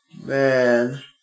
Man